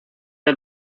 del